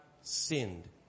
sinned